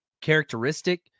characteristic